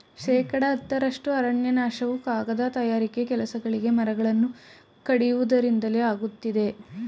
ಶೇಕಡ ಹತ್ತರಷ್ಟು ಅರಣ್ಯನಾಶವು ಕಾಗದ ತಯಾರಿಕೆ ಕೆಲಸಗಳಿಗೆ ಮರಗಳನ್ನು ಕಡಿಯುವುದರಿಂದಲೇ ಆಗುತ್ತಿದೆ